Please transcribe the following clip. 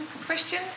question